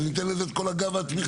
אנחנו ניתן לזה את כל הגב והתמיכה.